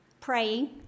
praying